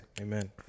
amen